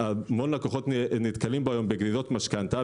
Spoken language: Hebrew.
והמון לקוחות נתקלים בו היום בגרירת משכנתה,